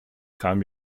kam